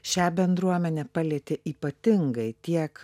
šią bendruomenę palietė ypatingai tiek